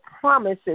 promises